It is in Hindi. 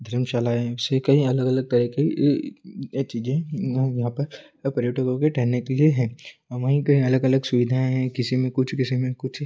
धरमशालाएँ ऐसे कई अलग अलग तरह के ये चीज़ें हैं यहाँ पर और पर्यटकों के ठहरने के लिए हैं और वहीं कहीं अलग अलग सुविधाएँ हैं किसी में कुछ किसी में कुछ